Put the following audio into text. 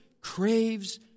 craves